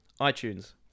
iTunes